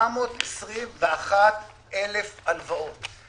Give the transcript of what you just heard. ב-821,000 הלוואות.